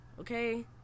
okay